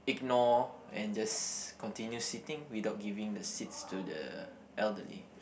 ignore and just continue sitting without giving the seats to the elderly